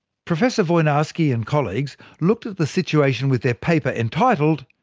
professor woinarski and colleagues looked at the situation with their paper entitled,